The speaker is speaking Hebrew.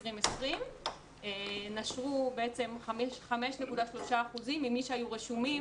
2020. נשרו בעצם 5.4% ממי שהיו רשומים